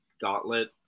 gauntlet